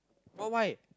what why